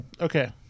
okay